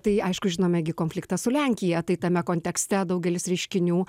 tai aišku žinome gi konfliktą su lenkija tai tame kontekste daugelis reiškinių